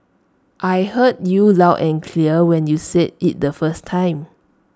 I heard you loud and clear when you said IT the first time